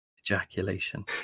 ejaculation